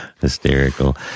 Hysterical